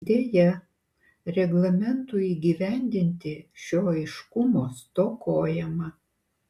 deja reglamentui įgyvendinti šio aiškumo stokojama